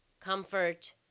comfort